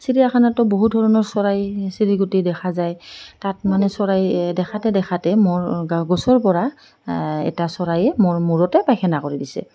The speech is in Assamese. চিৰিয়াখানটো বহুত ধৰণৰ চৰাই চিৰিকতি দেখা যায় তাত মানে চৰাই দেখোঁতে দেখোঁতে মোৰ গছৰপৰা এটা চৰাইয়ে মোৰ মূৰতে পাইখানা কৰি দিছে